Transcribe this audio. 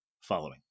following